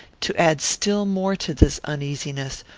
to add still more to this uneasiness,